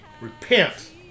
repent